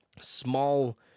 small